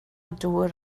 dŵr